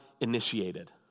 initiated